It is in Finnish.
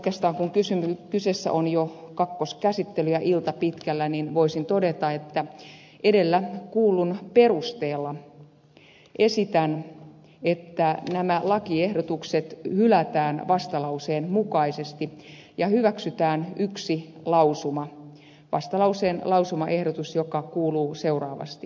oikeastaan kun kyseessä on jo kakkoskäsittely ja ilta on pitkällä voisin todeta että edellä kuullun perusteella esitän että nämä lakiehdotukset hylätään vastalauseen mukaisesti ja hyväksytään yksi lausuma vastalauseen lausumaehdotus joka kuuluu seuraavasti